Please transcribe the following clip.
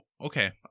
Okay